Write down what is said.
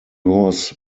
was